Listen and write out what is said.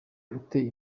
uteye